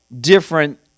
different